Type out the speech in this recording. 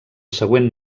següent